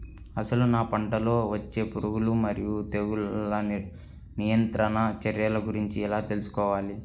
అసలు నా పంటలో వచ్చే పురుగులు మరియు తెగులుల నియంత్రణ చర్యల గురించి ఎలా తెలుసుకోవాలి?